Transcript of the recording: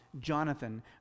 Jonathan